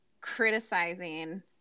criticizing